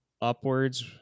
upwards